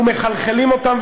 ומחלחלים אותם.